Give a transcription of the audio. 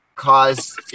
cause